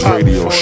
Radio